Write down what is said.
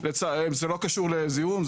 זה לא קשור לזיהום,